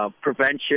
prevention